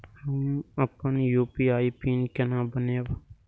हम अपन UPI PIN केना बनैब?